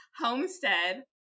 Homestead